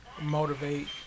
motivate